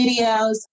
videos